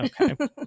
Okay